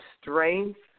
strength